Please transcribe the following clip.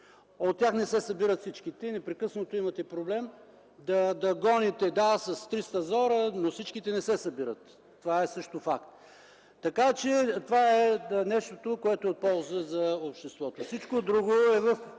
От тях не се събират всичките. Непрекъснато имате проблем да гоните, да, с триста зора, но всичките не се събират – това също е факт. Това е нещото, което е от полза за обществото, всичко друго е в